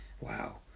Wow